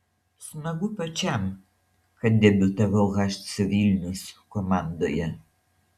smagu pačiam kad debiutavau hc vilnius komandoje